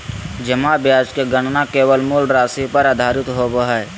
जमा ब्याज के गणना केवल मूल राशि पर आधारित होबो हइ